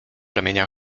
ramienia